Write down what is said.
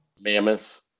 Mammoths